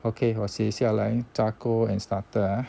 okay 我写下来 charcoal and starter ah